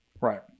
Right